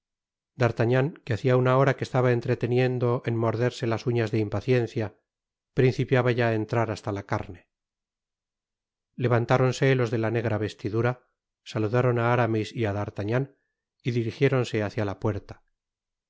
d'artagnan que hacia una hora se estaba entreteniendo en morderse las uñas de impaciencia principiaba ya á entrar hasta la carne levantáronse los de la negra vestidura saludaron á aramis y á d'artagnan y dirigiéronse hácia la puerta